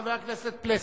חבר הכנסת פלסנר.